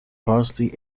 parsley